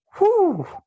whoo